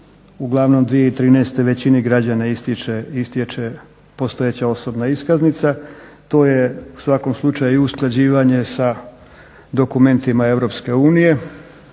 uglavnom 2013. većini građana istječe postojeća osobna iskaznica. To je u svakom slučaju usklađivanje sa dokumentima Europske unije